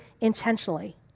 intentionally